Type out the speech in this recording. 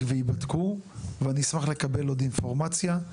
וייבדקו ואני אשמח לקבל עוד אינפורמציה.